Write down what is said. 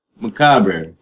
Macabre